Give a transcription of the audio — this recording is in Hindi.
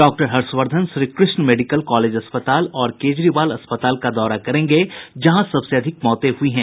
doctor Harshvardhan Shrikrishna medical college अस्पताल और केजरीवाल अस्पताल का दौरा करेंगे जहां सबसे अधिक मौतें हुई हैं